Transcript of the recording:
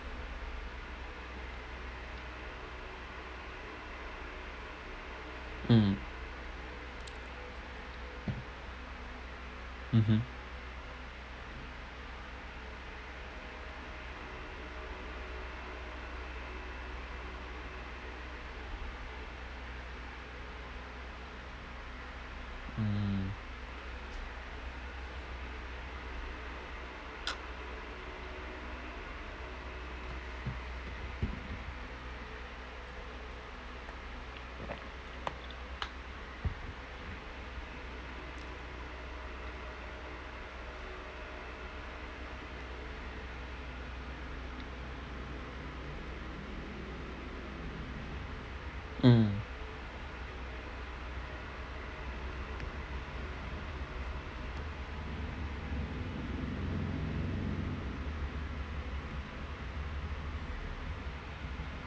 mm mmhmm mm mmhmm